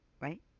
right